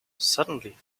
suddenly